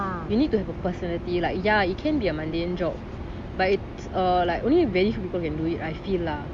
you need to have a personality like ya it can be a mundane job but it's err like only very few people can do it I feel lah